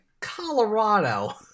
Colorado